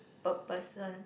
per person